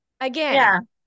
Again